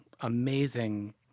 amazing